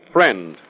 Friend